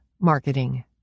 Marketing